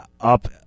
up